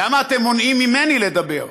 למה אתם מונעים ממני לדבר?